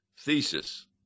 thesis